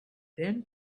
then